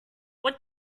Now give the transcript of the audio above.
what